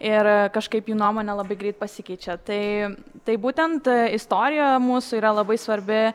ir kažkaip jų nuomonė labai greit pasikeičia tai tai būtent istorija mūsų yra labai svarbi